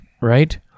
right